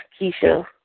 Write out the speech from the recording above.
Keisha